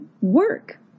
work